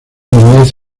niñez